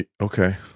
Okay